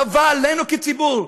חובה עלינו כציבור,